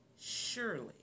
surely